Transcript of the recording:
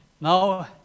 Now